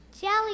Jelly